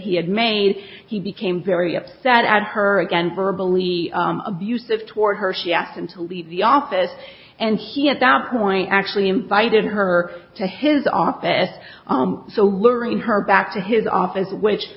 he had made he became very upset at her again verbally abusive toward her she asked him to leave the office and he about point actually invited her to his office so luring her back to his office which